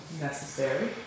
necessary